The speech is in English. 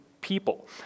people